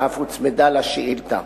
שאף הוצמדה לשאילתא.